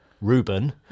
Ruben